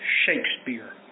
Shakespeare